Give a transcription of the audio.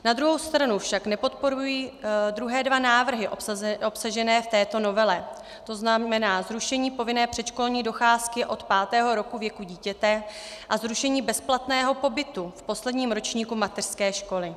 Na druhou stranu však nepodporuji druhé dva návrhy obsažené v této novele, to znamená zrušení povinné předškolní docházky od pátého roku věku dítěte a zrušení bezplatného pobytu v posledním ročníku mateřské školy.